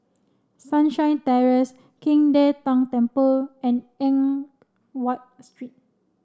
Sunshine Terrace King De Tang Temple and Eng Watt Street